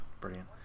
Brilliant